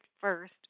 first